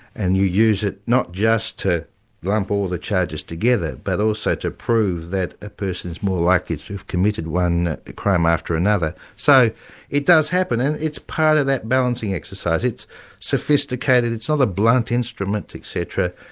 and you use it not just to lump all the charges together, but also to prove that a person's more likely to have committed one crime after another. so it does happen, and it's part of that balancing exercise. it's sophisticated, it's not a blunt instrument, etc,